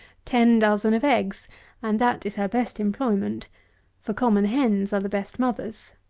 ten dozen of eggs and that is her best employment for common hens are the best mothers.